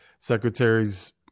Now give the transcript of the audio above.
secretaries